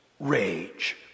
rage